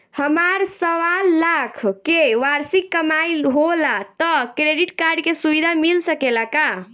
हमार सवालाख के वार्षिक कमाई होला त क्रेडिट कार्ड के सुविधा मिल सकेला का?